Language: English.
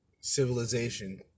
civilization